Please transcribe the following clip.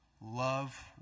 love